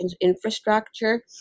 infrastructure